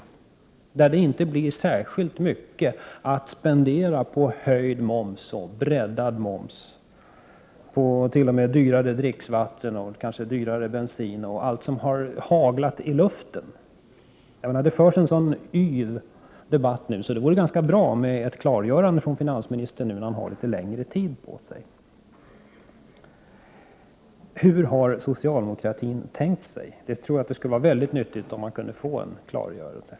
Då blir det inte särskilt mycket att spendera på höjd moms och breddad moms, ja, t.o.m. på dyrare dricksvatten och kanske dyrare bensin och annat som det har haglat förslag om. Det förs en så yvig debatt just nu, att det vore nyttigt med ett klargörande från finansministern när han har litet längre tid på sig: Hur har socialdemokratin egentligen tänkt sig?